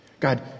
God